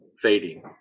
fading